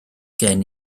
gen